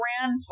grandfather